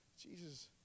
Jesus